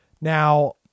now